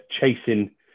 chasing